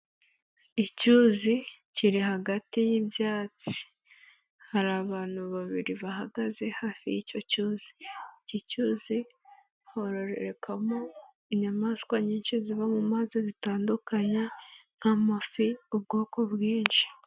Icyuzi kiri hagati y'ibyatsi hari abantu babiri bahagaze hafi y'icyo cyuzi, iki cyuzi hororekamo inyamaswa nyinshi ziba mu mazi zitandunye nk'amafi ubwoko bwinshi.